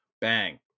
bang